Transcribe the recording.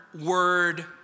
word